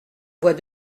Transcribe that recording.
boit